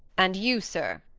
and you, sir.